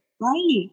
Right